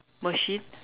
machine